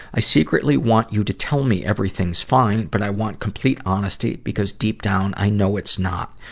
i secretly want you to tell me everything's fine, but i want complete honesty, because deep down, i know it's not.